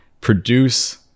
produce